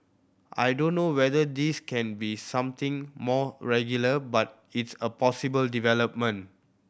I don't know whether this can be something more regular but it's a possible development